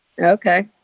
Okay